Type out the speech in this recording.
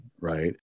right